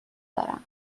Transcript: دارم